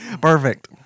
Perfect